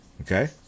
okay